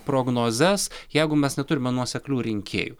prognozes jeigu mes neturime nuoseklių rinkėjų